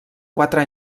quatre